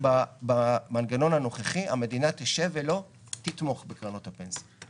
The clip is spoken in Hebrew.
במנגנון הנוכחי המדינה תשב ולא תתמוך בקרנות הפנסיה,